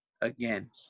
again